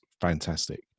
fantastic